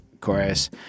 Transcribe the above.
chorus